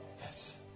Yes